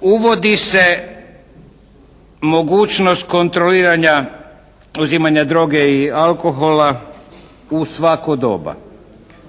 Uvodi se mogućnosti kontroliranja uzimanja droge i alkohola u svako doba.